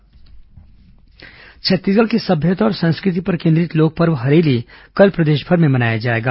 हरेली पर्व छत्तीसगढ़ की सभ्यता और संस्कृति पर केन्द्रित लोकपर्व हरेली कल प्रदेशभर में मनाया जाएगा